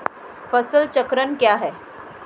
फसल चक्रण क्या है?